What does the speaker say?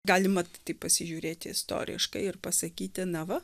galima taip pasižiūrėti istoriškai ir pasakyti na va